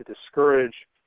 discourage